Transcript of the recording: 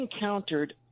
encountered